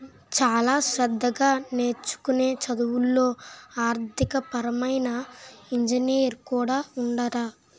చాలా శ్రద్ధగా నేర్చుకునే చదువుల్లో ఆర్థికపరమైన ఇంజనీరింగ్ కూడా ఉందట